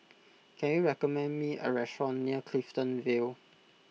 can you recommend me a restaurant near Clifton Vale